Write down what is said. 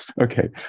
Okay